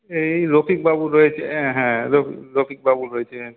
এই রফিকবাবু রয়ে হ্যাঁ রফিকবাবু রয়েছে